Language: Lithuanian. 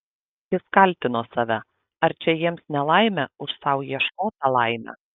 jis kaltino save ar čia jiems nelaimė už sau ieškotą laimę